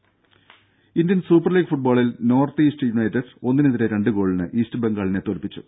ദേഴ Indian Super League ഫുട്ബോളിൽ North East United ഒന്നിനെതിരെ രണ്ട് ഗോളിന് ഈസ്റ്റ് ബംഗാളിലനെ തോൽപ്പിച്ചു